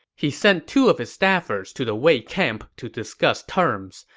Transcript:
he sent two of his staffers to the wei camp to discuss terms.